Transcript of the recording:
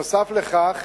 נוסף על כך,